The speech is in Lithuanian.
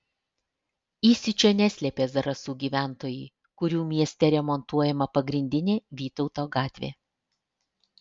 įsiūčio neslėpė zarasų gyventojai kurių mieste remontuojama pagrindinė vytauto gatvė